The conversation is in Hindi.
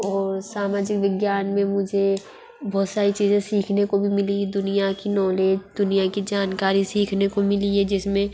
और सामाजिक विज्ञान मे मुझे बहुत सारी चीज़ें सीखने को भी मिली दुनिया की नॉलेज दुनिया की जानकारी सीखने को मिली है जिस में